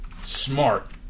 smart